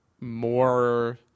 more